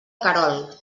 querol